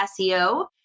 SEO